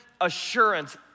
assurance